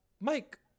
mike